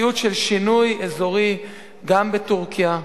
מציאות של שינוי אזורי גם בטורקיה.